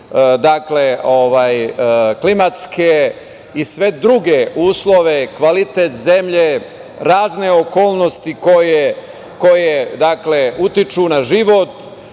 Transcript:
i klimatske i sve druge uslove, kvalitet zemlje, razne okolnosti koje utiču na život,